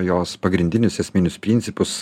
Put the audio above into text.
jos pagrindinius esminius principus